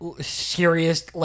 serious